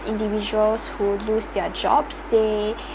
individuals who lose their jobs they